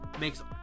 makes